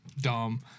dumb